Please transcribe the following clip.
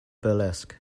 burlesque